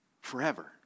forever